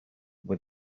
with